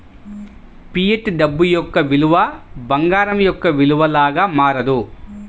fiat డబ్బు యొక్క విలువ బంగారం యొక్క విలువ లాగా మారదు